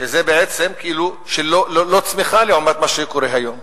שזה בעצם כאילו לא צמיחה לעומת מה שקורה היום.